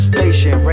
Station